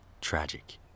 Tragic